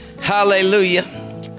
Hallelujah